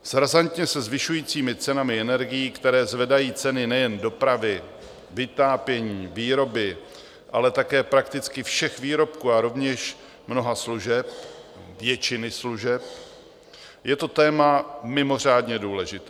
S razantně se zvyšujícími cenami energií, které zvedají ceny nejen dopravy, vytápění, výroby, ale také prakticky všech výrobků a rovněž mnoha služeb, většiny služeb, je to téma mimořádně důležité.